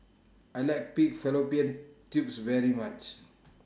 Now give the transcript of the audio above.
I like Pig Fallopian Tubes very much